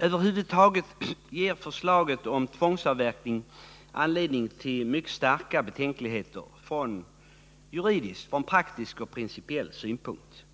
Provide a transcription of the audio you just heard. Över huvud taget ger förslaget om tvångsavverkning anledning till starka betänkligheter från juridisk, praktisk och principiell synpunkt.